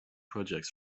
projects